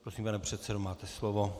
Prosím, pane předsedo, máte slovo.